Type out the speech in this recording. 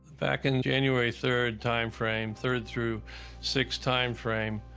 back in january third time frame third through sixth time frame